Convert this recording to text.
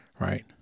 right